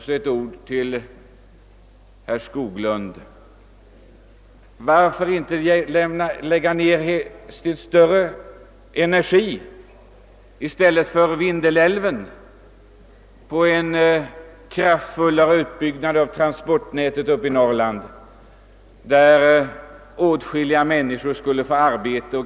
Så ett ord till herr Skoglund: Varför inte lägga ned större energi, inte på en utbyggnad av Vindelälven, utan på en kraftfullare utbyggnad av transportnätet uppe i Norrland, varigenom åtskilliga människor skulle få arbete?